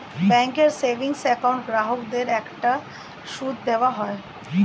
ব্যাঙ্কের savings account গ্রাহকদের একটা সুদ দেওয়া হয়